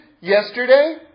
yesterday